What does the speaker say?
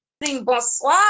Bonsoir